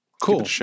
Cool